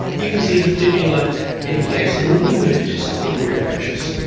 you can see the fibula in place, and then we move to something very precious.